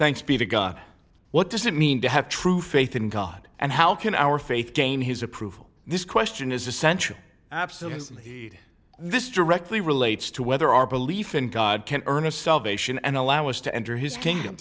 thanks be to god what does it mean to have true faith in god and how can our faith game his approval this question is essential absolutely this directly relates to whether our belief in god can earn a salvation and allow us to enter his kingdom